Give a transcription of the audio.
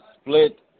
split